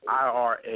IRA